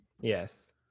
Yes